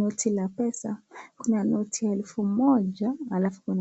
Noti la pesa ya elfu moja alafu